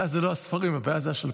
הבעיה זה לא הספרים, הבעיה זה השלפוחית.